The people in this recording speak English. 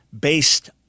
based